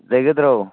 ꯂꯩꯒꯗ꯭ꯔꯣ